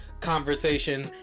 conversation